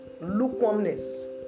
Lukewarmness